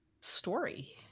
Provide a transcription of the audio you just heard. story